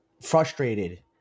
frustrated